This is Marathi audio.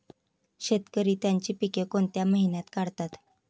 शेतकरी त्यांची पीके कोणत्या महिन्यात काढतात?